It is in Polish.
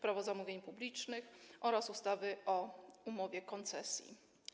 Prawo zamówień publicznych oraz ustawy o umowie koncesji.